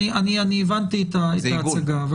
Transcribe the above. הבנתי את ההצגה.